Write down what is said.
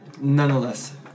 Nonetheless